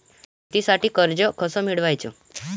शेतीसाठी कर्ज कस मिळवाच?